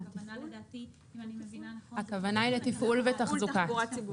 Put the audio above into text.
הכוונה היא לתפעול ותחזוקה.